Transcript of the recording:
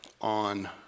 on